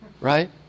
Right